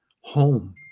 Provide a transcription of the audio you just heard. home